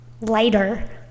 lighter